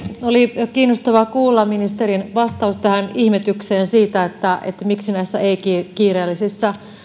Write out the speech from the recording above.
oli kiinnostavaa kuulla ministerin vastaus tähän ihmetykseen siitä miksi näissä ei kiireellisissä